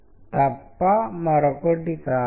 వచనం అలాగే ఉంటుంది ఏ మార్పు లేదు